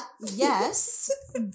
Yes